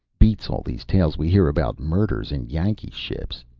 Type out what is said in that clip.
beats all these tales we hear about murders in yankee ships.